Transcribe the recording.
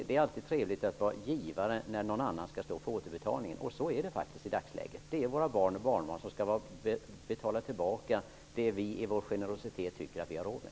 Det är alltid trevligt att vara givare när någon annan skall stå för återbetalningen. I dagsläget är det faktiskt våra barn och barnbarn som skall betala tillbaka det som vi i vår generositet tycker att vi har råd med.